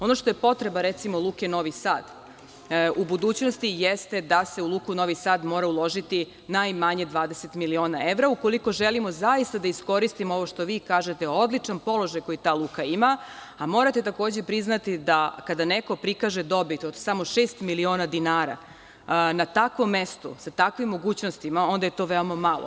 Ono što je potreba, recimo, Luke Novi Sad u budućnosti jeste da se u Luku Novi Sad mora uložiti, najmanje 20 miliona evra, ukoliko želimo zaista da iskoristimo ovo što vi kažete odličan položaj koji ta luka ima, a morate takođe priznati da kada neko prikaže dobit od samo šest miliona dinara na takvom mestu, sa takvim mogućnostima, onda je to veoma malo.